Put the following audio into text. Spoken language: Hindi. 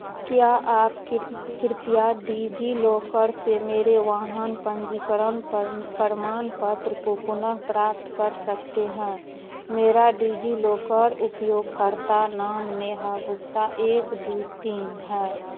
क्या आप किर कृपया डिजिलोकर से मेरे वाहन पंजीकरण पर प्रमाणपत्र को पुनः प्राप्त कर सकते हैं मेरा डिजिलोकर उपयोगकर्ता नाम नेहा गुप्ता एक दो तीन है